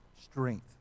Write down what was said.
strength